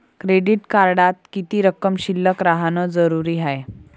Credit कार्डात किती रक्कम शिल्लक राहानं जरुरी हाय?